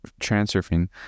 transurfing